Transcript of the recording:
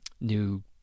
new